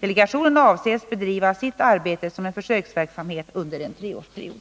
Delegationen avses bedriva sitt arbete som en försöksverksamhet under en treårsperiod.